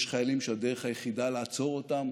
יש חיילים שהדרך היחידה לעצור אותם